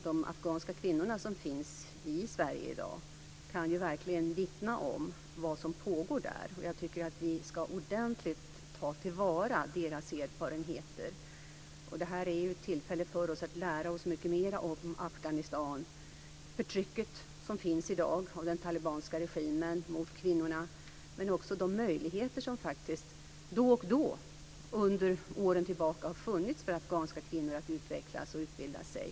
De afghanska kvinnor som finns i Sverige i dag kan verkligen vittna om vad som pågår i Afghanistan, och jag tycker att vi ordentligt ska ta till vara deras erfarenheter. Det här är ett tillfälle för oss att lära oss mycket mera om Afghanistan, om det förtryck som den talibanska regimen i dag utövar mot kvinnorna men också faktiskt om de möjligheter som då och då under åren har funnits för afghanska kvinnor att utvecklas och utbilda sig.